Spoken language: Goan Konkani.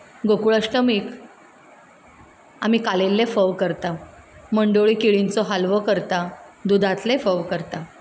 गोकुळाष्टमीक आमी कालयल्ले फोव करता मंडळी केळींचो हालवो करता दुदांतले फोव करता